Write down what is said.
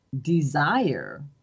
desire